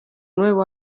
nuevo